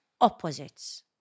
opposites